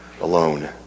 alone